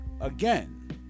Again